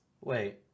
Wait